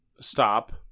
stop